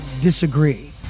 disagree